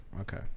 Okay